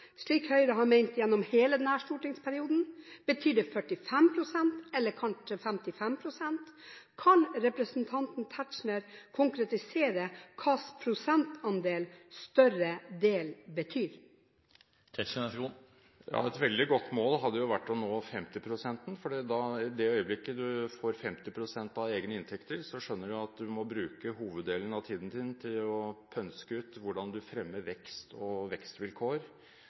slik Høyre har ment gjennom hele denne stortingsperioden? Betyr det 45 pst.? Eller kanskje 55 pst.? Kan representanten Tetzschner konkretisere hvilken prosentandel «større del» betyr? Et veldig godt mål hadde vært å nå 50 pst., for i det øyeblikket du får 50 pst. av egne inntekter, skjønner du at du må bruke hoveddelen av tiden din til å pønske ut hvordan du fremmer vekst og vekstvilkår,